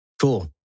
cool